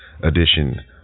edition